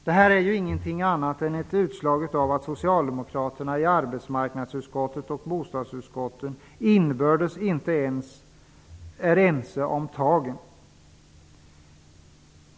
Detta är inget annat än ett utslag av att socialdemokraterna i arbetsmarknadsutskottet och bostadsutskottet inbördes inte är ense om tagen.